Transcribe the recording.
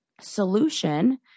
solution